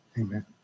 Amen